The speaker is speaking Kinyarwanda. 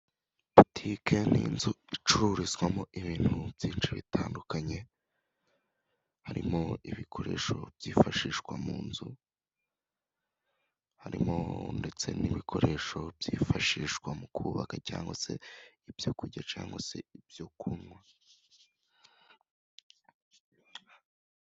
Butike n'inzu icururizwamo ibintu byinshi bitandukanye, harimo ibikoresho byifashishwa mu nzu, harimo ndetse n'ibikoresho byifashishwa mu kubaka cyangwa se ibyo kurya cyangwa se ibyo kunywa.